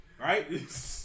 right